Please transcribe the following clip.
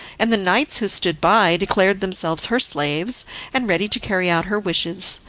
and the knights who stood by declared themselves her slaves and ready to carry out her wishes.